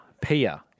Pia